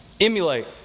Emulate